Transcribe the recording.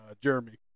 Jeremy